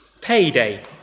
payday